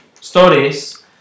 stories